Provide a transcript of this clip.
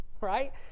Right